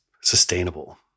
sustainable